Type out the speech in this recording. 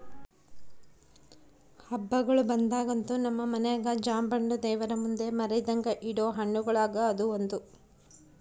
ಹಬ್ಬಗಳು ಬಂದಾಗಂತೂ ನಮ್ಮ ಮನೆಗ ಜಾಂಬೆಣ್ಣು ದೇವರಮುಂದೆ ಮರೆದಂಗ ಇಡೊ ಹಣ್ಣುಗಳುಗ ಅದು ಒಂದು